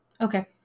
Okay